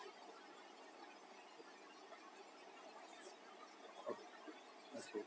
that's good